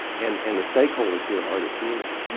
and and the stakeholders here are the community.